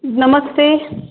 नमस्ते